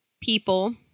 people